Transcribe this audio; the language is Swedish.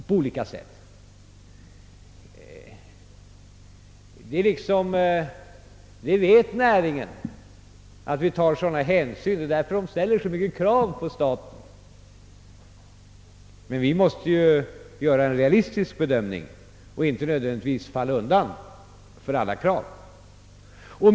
Näringen vet så att säga att vi tar sådana hänsyn och ställer därför så många krav på staten. Men vi måste göra en realistisk bedömning och inte nödvändigtvis falla undan för alla dessa krav.